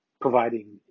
providing